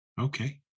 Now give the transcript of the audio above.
Okay